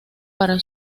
para